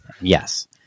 Yes